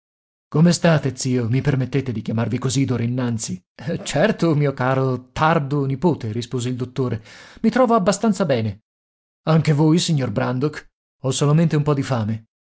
come state zio i permettete di chiamarvi così d'ora innanzi certo mio caro tardo nipote rispose il dottore i trovo abbastanza bene anche voi signor brandok ho solamente un po di fame